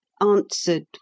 answered